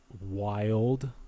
wild